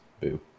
Boo